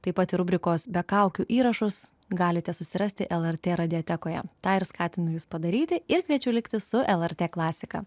taip pat ir rubrikos be kaukių įrašus galite susirasti lrt radijatekoje tą ir skatinu jus padaryti ir kviečiu likti su lrt klasika